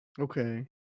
Okay